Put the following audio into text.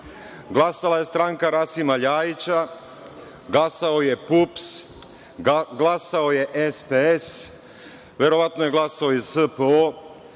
glasala je stranka Rasima LJajića, glasao je PUPS, glasao je SPS, verovatno je glasao i SPO,